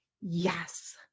yes